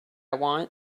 want